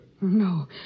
No